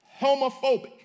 homophobic